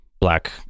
Black